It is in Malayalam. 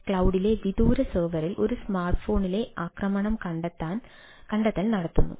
ക്ലൌഡിലെ വിദൂര സെർവറിൽ ഒരു സ്മാർട്ട്ഫോണിലെ ആക്രമണം കണ്ടെത്തൽ നടത്തുന്നു